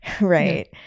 Right